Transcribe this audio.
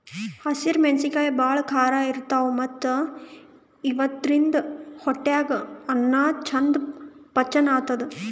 ಹಸ್ರ್ ಮೆಣಸಿನಕಾಯಿ ಭಾಳ್ ಖಾರ ಇರ್ತವ್ ಮತ್ತ್ ಇವಾದ್ರಿನ್ದ ಹೊಟ್ಯಾಗ್ ಅನ್ನಾ ಚಂದ್ ಪಚನ್ ಆತದ್